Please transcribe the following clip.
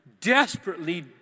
desperately